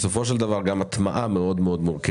בסופו של דבר גם הטמעה מאוד מאוד מורכבת.